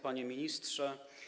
Panie Ministrze!